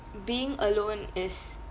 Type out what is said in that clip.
being alone is